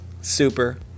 super